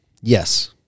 Yes